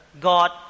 God